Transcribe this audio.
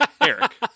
Eric